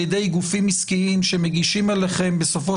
על ידי גופים עסקיים שמגישים אליכם בסופו